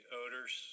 odors